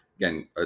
again